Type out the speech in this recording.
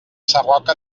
sarroca